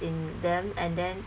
in them and then